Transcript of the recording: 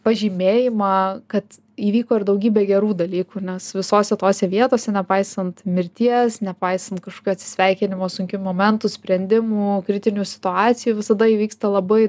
pažymėjimą kad įvyko ir daugybė gerų dalykų nes visose tose vietose nepaisant mirties nepaisant kažkokių atsisveikinimų sunkių momentų sprendimų kritinių situacijų visada įvyksta labai